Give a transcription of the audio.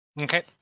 Okay